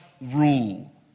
rule